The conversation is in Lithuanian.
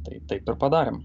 tai taip ir padarėm